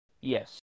Yes